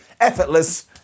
effortless